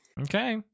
Okay